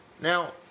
Now